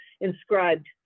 inscribed